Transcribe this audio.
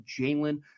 Jalen